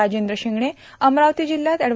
राजेंद्र शिंगणे अमरावती जिल्ह्यात अड